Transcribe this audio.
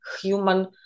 human